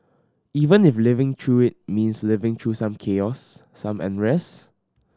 even if living through it means living through some chaos some unrest